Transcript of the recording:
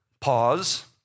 pause